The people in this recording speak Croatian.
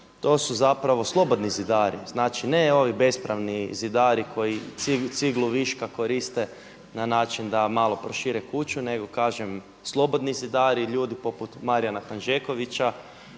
to su zapravo slobodni zidari, znači ne ovi bespravni zidar koji ciglu viška koriste na način da malo prošire kuću nego kažem slobodni zidari ljudi poput Marijana Hanžekovića